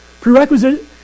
Prerequisite